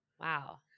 Wow